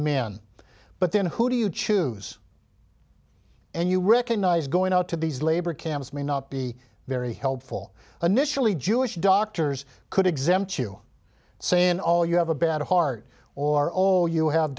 men but then who do you choose and you recognize going out to these labor camps may not be very helpful initially jewish doctors could exempt you say in all you have a bad heart or all you have